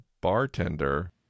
bartender